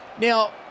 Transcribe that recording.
Now